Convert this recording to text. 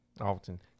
often